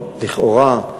לכאורה,